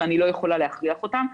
ואני לא יכולה להכריח אותם,